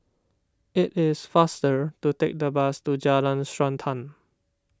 it is faster to take the bus to Jalan Srantan